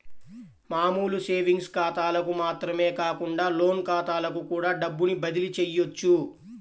మామూలు సేవింగ్స్ ఖాతాలకు మాత్రమే కాకుండా లోన్ ఖాతాలకు కూడా డబ్బుని బదిలీ చెయ్యొచ్చు